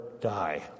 die